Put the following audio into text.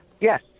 Yes